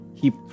keep